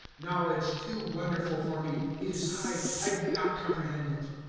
knowledge too wonderful for me! it is high, i do not comprehend it.